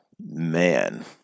man